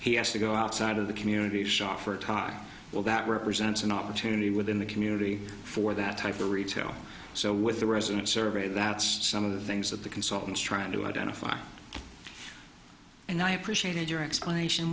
he has to go outside of the community shop for a tie well that represents an opportunity within the community for that type to retail so with the resident survey that's some of the things that the consultants trying to identify and i appreciated your explanation